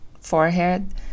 forehead